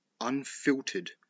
unfiltered